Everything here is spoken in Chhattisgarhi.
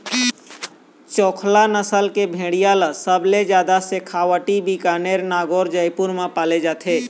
चोकला नसल के भेड़िया ल सबले जादा सेखावाटी, बीकानेर, नागौर, जयपुर म पाले जाथे